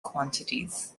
quantities